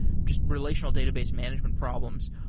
just relational database management problems.